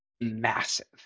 massive